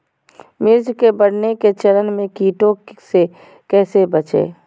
मिर्च के बढ़ने के चरण में कीटों से कैसे बचये?